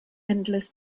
endless